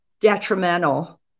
detrimental